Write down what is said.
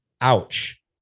ouch